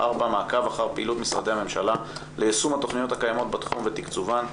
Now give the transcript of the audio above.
מעקב אחר פעילות משרדי הממשלה ליישום התוכניות הקיימות בתחום ותקצובן.